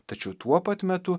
tačiau tuo pat metu